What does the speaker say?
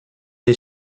des